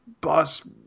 boss